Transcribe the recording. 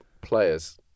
players